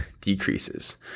decreases